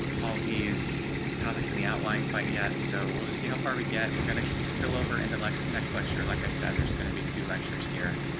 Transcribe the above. all these topics in the outline quite yet. so we'll just see how far we get we're going to spill over into next next lecture. like i said, there's going to be two lectures here.